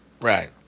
Right